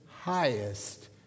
highest